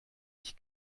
ich